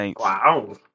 Wow